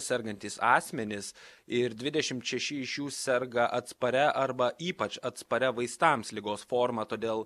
sergantys asmenys ir dvidešimt šeši iš jų serga atsparia arba ypač atsparia vaistams ligos forma todėl